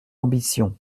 ambition